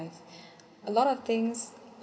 a lot of things